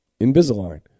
Invisalign